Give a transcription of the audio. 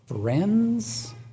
Friends